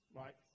right